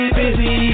busy